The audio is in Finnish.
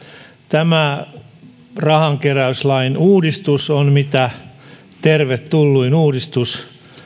tämä rahankeräyslain uudistus on mitä tervetulluin uudistus